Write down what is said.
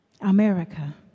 America